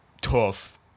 tough